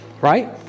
Right